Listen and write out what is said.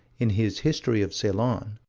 in his history of ceylon,